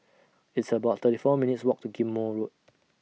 It's about thirty four minutes' Walk to Ghim Moh Road